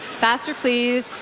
faster please.